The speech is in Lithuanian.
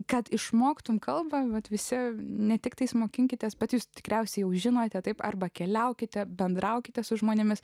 kad išmoktumei kalbą bet visi ne tik tais mokinkitės bet jūs tikriausiai jau žinote taip arba keliaukite bendraukite su žmonėmis